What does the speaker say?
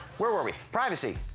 where were we? privacy.